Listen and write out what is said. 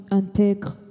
intègre